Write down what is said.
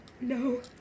No